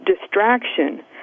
distraction